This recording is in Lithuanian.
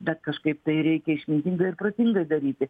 bet kažkaip tai reikia išmintingai ir protingai daryti